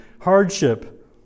hardship